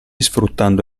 sfruttando